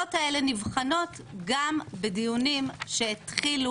השאלות האלה נבחנות גם בדיונים שהתחילו